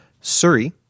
Surrey